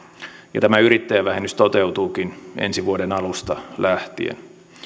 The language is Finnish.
ja tämä yrittäjävähennys toteutuukin ensi vuoden alusta lähtien